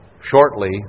shortly